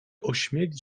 ośmielić